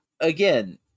again